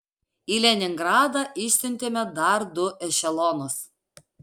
į leningradą išsiuntėme dar du ešelonus